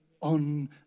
on